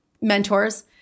mentors